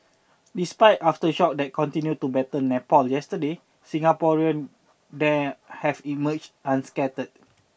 despite aftershocks that continued to batter Nepal yesterday Singaporean there have emerged unscathed